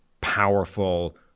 powerful